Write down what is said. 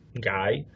guy